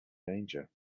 danger